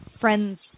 friends